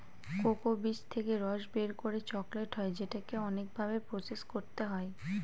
cocoa বীজ থেকে রস বের করে চকলেট হয় যেটাকে অনেক ভাবে প্রসেস করতে হয়